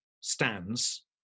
stands